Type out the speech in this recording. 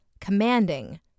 commanding